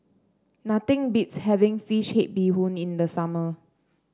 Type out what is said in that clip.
nothing beats having fish head Bee Hoon in the summer